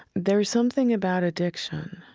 there is something about addiction,